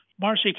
Marcy